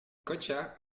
gotcha